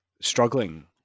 struggling